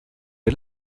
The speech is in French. est